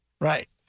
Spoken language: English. Right